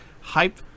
Hype